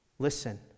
Listen